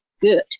good